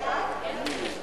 ההצעה להעביר